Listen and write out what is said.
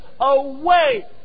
away